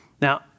Now